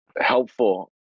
helpful